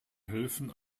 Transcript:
helfen